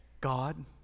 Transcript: God